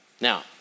Now